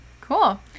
cool